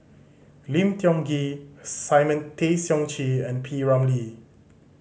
Lim Tiong Ghee Simon Tay Seong Chee and P Ramlee